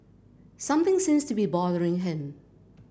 something seems to be bothering him